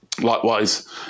Likewise